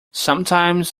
sometimes